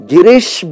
Girish